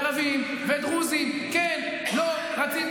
ומקצץ כמעט מיליארד בחינוך.